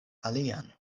alian